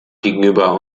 gegenüber